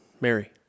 Mary